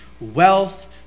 wealth